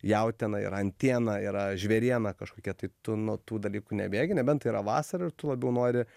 jautiena yra antiena yra žvėriena kažkokia tai tu nuo tų dalykų nebėgi nebent tai yra vasarair tu labiau nori